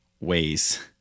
ways